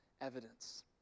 evidence